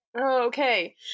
okay